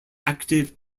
active